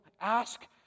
ask